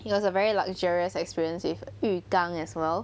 it was a very luxurious experience with 浴缸 as well